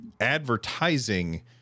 advertising